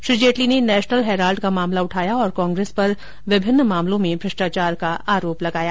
श्री जेटली ने National Herald का मोमला उठाया और कांग्रेस पर विभिन्न मामलों में भ्रष्टाचार का आरोप लगाया